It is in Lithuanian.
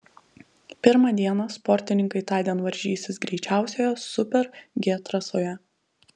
pirmą dieną sportininkai tądien varžysis greičiausioje super g trasoje